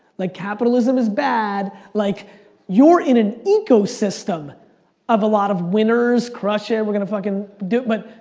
like capitalism is bad, like you're in an ecosystem of a lot of winners, crush it, we're going to fucking do but